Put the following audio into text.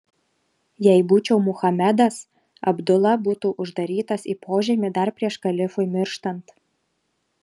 jei būčiau muhamedas abdula būtų uždarytas į požemį dar prieš kalifui mirštant